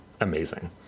amazing